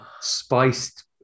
spiced